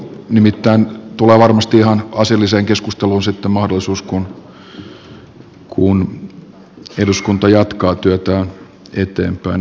nimittäin tulee varmasti ihan asialliseen keskusteluun sitten mahdollisuus kun eduskunta jatkaa työtään eteenpäin